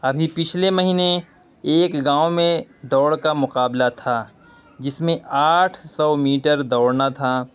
ابھی پچھلے مہینے ایک گاؤں میں دوڑ کا مقابلہ تھا جس میں آٹھ سو میٹر دوڑنا تھا